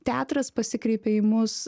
teatras pasikreipė į mus